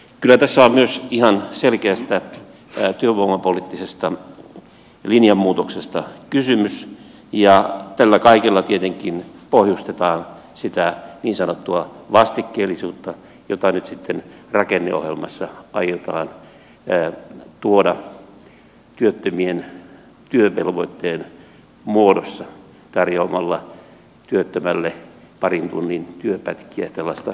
kyllä tässä on myös ihan selkeästä työvoimapoliittisesta linjanmuutoksesta kysymys ja tällä kaikella tietenkin pohjustetaan sitä niin sanottua vastikkeellisuutta jota nyt sitten rakenneohjelmassa aiotaan tuoda työttömien työvelvoitteen muodossa tarjoamalla työttömälle parin tunnin työpätkiä tällaista hyppytyötä